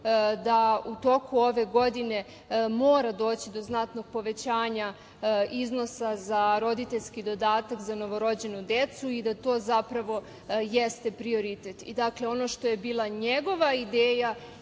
da u toku ove godine mora doći do znatnog povećanja iznosa za roditeljski dodatak za novorođenu decu i da to zapravo jeste prioritet. Dakle, ono što je bila njegova ideja